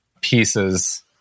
pieces